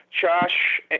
josh